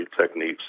techniques